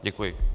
Děkuji.